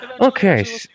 okay